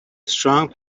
strong